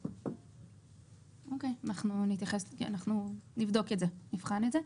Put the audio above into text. אוקי, אנחנו נבחן את זה.